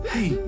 Hey